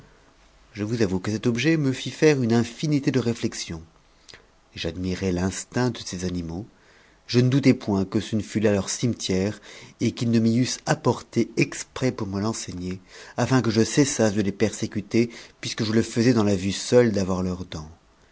je vous avoue que cet objet me fit faire une infinité de réflexions j'admirai l'instinct de ces animaux je ne doutai point que ce fut là leur cimetière et qu'ils ne m'y eussent apporté exprès pour me l'enseigner aûn que je cessasse de les persécuter puisque je le faisais dans la vue seule d'avoir leurs dents